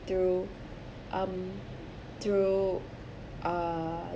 through um through ah